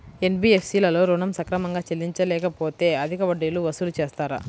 NBFC లలో ఋణం సక్రమంగా చెల్లించలేకపోతె అధిక వడ్డీలు వసూలు చేస్తారా?